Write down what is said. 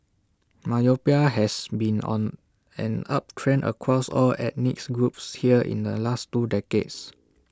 myopia has been on an uptrend across all ethnic groups here in the last two decades